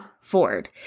Ford